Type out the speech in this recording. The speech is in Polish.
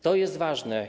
To jest ważne.